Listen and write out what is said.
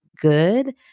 good